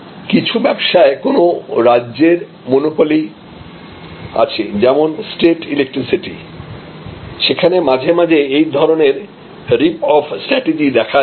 কিছু ব্যবসায় যেখানে রাজ্যের মনোপলি আছে যেমন স্টেট ইলেকট্রিসিটি সেখানে মাঝে মাঝে এই ধরনের রীপ অফ স্ট্র্যাটেজি দেখা যায়